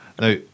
Now